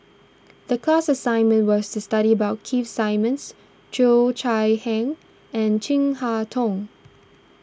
the class assignment was to study about Keith Simmons Cheo Chai Hiang and Chin Harn Tong